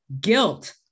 guilt